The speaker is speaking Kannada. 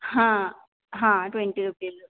ಹಾಂ ಹಾಂ ಟ್ವೆಂಟಿ ರುಪೀಸು